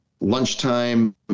lunchtime